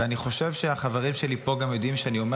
ואני חושב שהחברים שלי פה גם יודעים שאני אומר